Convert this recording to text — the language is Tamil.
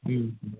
ம் ம்